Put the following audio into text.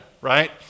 right